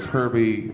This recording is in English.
Herbie